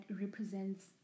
represents